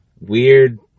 weird